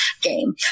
game